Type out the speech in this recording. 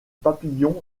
papillons